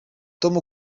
tom